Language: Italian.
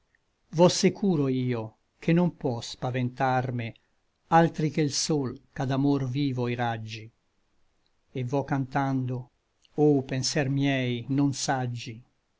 securo io ché non pò spaventarme altri che l sol ch'à d'amor vivo i raggi et vo cantando o penser miei non saggi